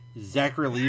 Zachary